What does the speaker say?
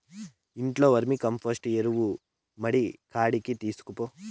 ఇంట్లో వర్మీకంపోస్టు ఎరువు మడికాడికి తీస్కపో